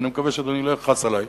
ואני מקווה שאדוני לא יכעס עלי,